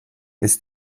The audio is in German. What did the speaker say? ist